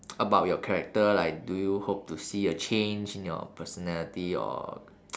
about your character like do you hope to see a change in your personality or